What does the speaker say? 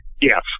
Yes